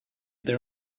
there